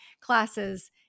classes